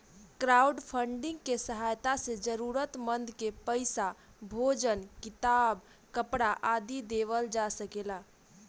crowdfunding के सहायता से जरूरतमंद के पईसा, भोजन किताब, कपरा आदि देवल जा सकेला